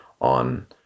on